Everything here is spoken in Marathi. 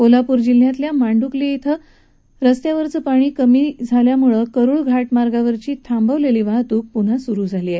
कोल्हापूर जिल्ह्यातल्या मांडुकली इथं रस्त्यावरचं पाणी कमी झाल्यानं करूळ घाटमार्गावरची थांबवलेली वाहतुक पुन्हा सुरु केली आहे